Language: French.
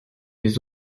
des